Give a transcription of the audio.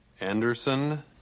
Anderson